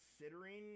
considering